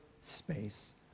space